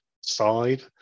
side